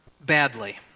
Badly